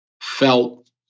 felt